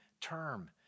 term